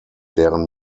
deren